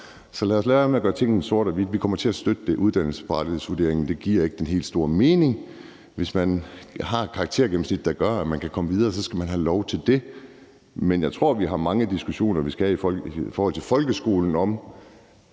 Så lad os lade være med at gøre tingene sort-hvide. Vi kommer til at støtte det. Uddannelsesparathedsvurderingen giver ikke den helt store mening, og hvis man har et karaktergennemsnit, der gør, at man kan komme videre, så skal man have lov til det. Men jeg tror, der er mange diskussioner, vi skal have i forhold til folkeskolen,